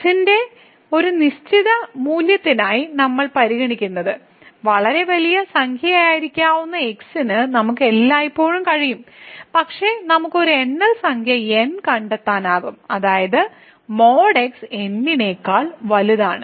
x ന്റെ ഒരു നിശ്ചിത മൂല്യത്തിനായി നമ്മൾ പരിഗണിക്കുന്നത് വളരെ വലിയ സംഖ്യയായിരിക്കാവുന്ന x ന് നമുക്ക് എല്ലായ്പ്പോഴും കഴിയും പക്ഷേ നമുക്ക് ഒരു എണ്ണൽ സംഖ്യ n കണ്ടെത്താനാകും അതായത് | x | n നേക്കാൾ വലുതാണ്